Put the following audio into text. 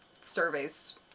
surveys